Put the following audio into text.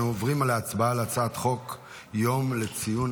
אנו עוברים להצבעה על הצעת חוק יום לציון